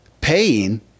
paying